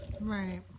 Right